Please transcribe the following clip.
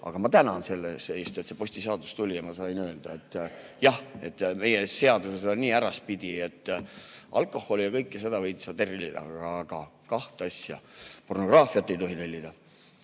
aga ma tänan selle eest, et see postiseadus tuli ja ma sain öelda, et jah, meie seadused on nii äraspidi, et alkoholi ja kõike muud võid sa tellida, aga kahte asja ei või. Pornograafiat ei tohi tellida,